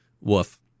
woof